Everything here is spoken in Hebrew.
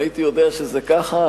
אם הייתי יודע שזה ככה,